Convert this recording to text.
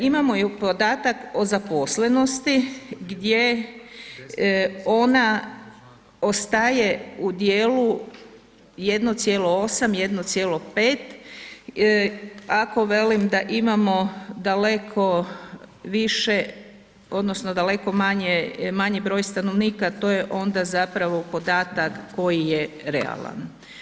Imamo i podatak o zaposlenosti gdje ona ostaje u dijelu 1,8, 1,5, ako velim da imamo daleko više, odnosno daleko manji broj stanovnika, to je onda zapravo podatak koji je realan.